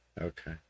Okay